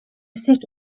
set